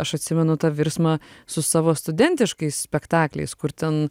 aš atsimenu tą virsmą su savo studentiškais spektakliais kur ten